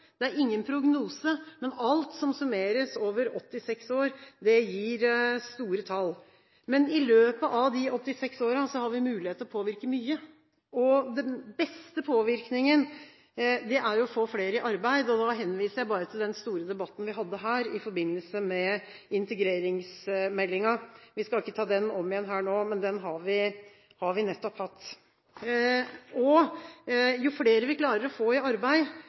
Det er ingen prognose, men alt som summeres over 86 år, gir store tall. I løpet av disse 86 årene har vi imidlertid mulighet til å påvirke mye, og den beste påvirkningen er å få flere i arbeid. Da henviser jeg bare til den omfattende debatten vi hadde her i forbindelse med integreringsmeldingen. Vi skal ikke ta den om igjen nå, men den har vi altså nettopp hatt. Jo flere vi klarer å få i arbeid,